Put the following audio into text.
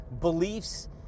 beliefs